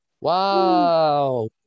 Wow